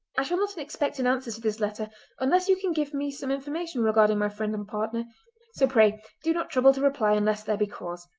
i shall not expect an answer to this letter unless you can give me some information regarding my friend and partner, so pray do not trouble to reply unless there be cause.